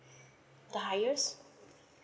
the highest